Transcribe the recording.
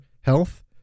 Health